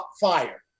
fire